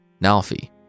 Nalfi